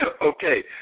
Okay